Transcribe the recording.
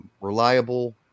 reliable